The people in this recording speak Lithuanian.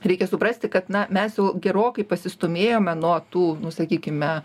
reikia suprasti kad na mes jau gerokai pasistūmėjome nuo tų nu sakykime